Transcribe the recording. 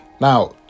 Now